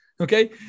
okay